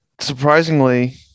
Surprisingly